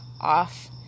off